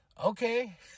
Okay